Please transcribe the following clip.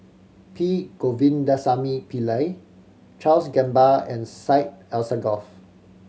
P Govindasamy Pillai Charles Gamba and Syed Alsagoff